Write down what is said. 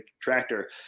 tractor